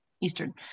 Eastern